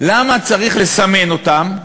למה צריך לסמן אותן,